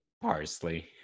parsley